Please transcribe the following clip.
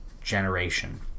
generation